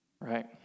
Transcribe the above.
right